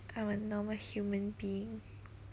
I'm a normal human being